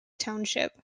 township